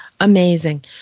amazing